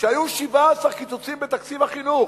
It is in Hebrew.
כשהיו 17 קיצוצים בתקציב החינוך,